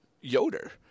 Yoder